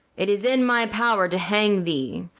it is in my power to hang thee.